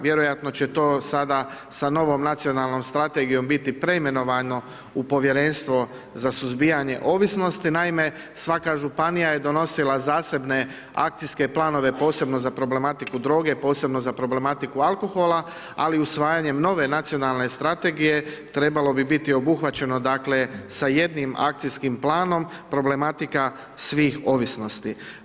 Vjerojatno će to sada sa novom nacionalnom strategijom biti preimenovano u povjerenstvo za suzbijanje ovisnosti, naime, svaka županija je donosila zasebne akcijske planove, posebno za problematiku droge, posebno za problematiku alkohola, ali usvajanjem nove nacionalne strategije, trebalo bi biti obuhvaćeno s jednim akcijskim planom problematika svih ovisnosti.